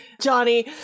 Johnny